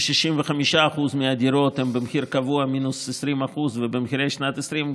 כש-65% מהדירות הן במחיר קבוע מינוס 20% ובמחירי שנת 2020,